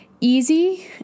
easy